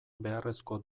beharrezko